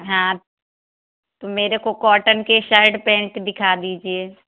हाँ तो मेरे को कॉटन के शर्ट पैन्ट दिखा दीजिए